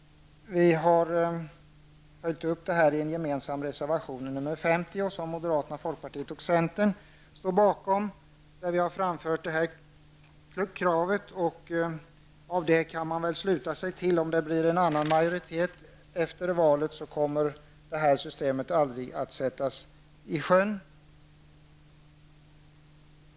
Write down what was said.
Vi har gått emot förslaget, och vi föreslår i vår partimotion att beslutet skall rivas upp och systemet inte sättas i sjön.